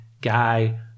guy